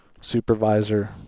supervisor